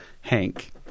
Hank